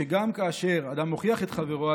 שגם כאשר אדם מוכיח את חברו,